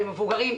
של מבוגרים?